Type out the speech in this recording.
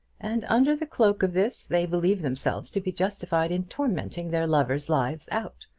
and under the cloak of this they believe themselves to be justified in tormenting their lovers' lives out.